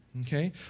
Okay